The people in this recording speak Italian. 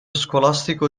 scolastico